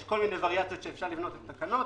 יש כל מיני וריאציות שאפשר לבנות את התקנות.